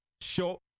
Short